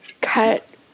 cut